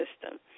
system